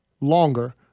longer